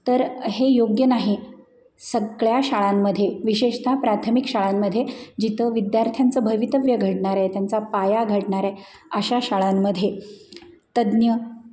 तर हे योग्य नाही सगळ्या शाळांमध्ये विशेषतः प्राथमिक शाळांमध्ये जिथं विद्यार्थ्यांचं भवितव्य घडणारं आहे त्यांचा पाया घडणार आहे अशा शाळांमध्ये तज्ज्ञ